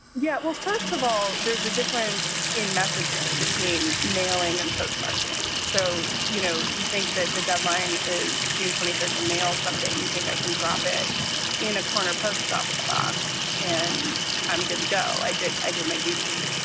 yeah, well, first of all, there's a difference in messaging between mei-ling and postmarking. so, you know, you think that the deadline is june. twenty third to mail something. you think i can drop it in a corner post office box and i'm good to go. i did. i did my duty.